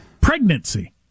Pregnancy